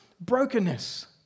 brokenness